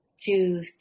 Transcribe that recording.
two